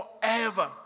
forever